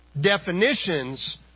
definitions